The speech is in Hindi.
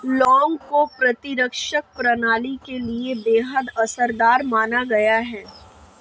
लौंग को प्रतिरक्षा प्रणाली के लिए बेहद असरदार माना गया है